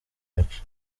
gace